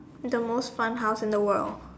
the most fun house in the world